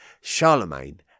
Charlemagne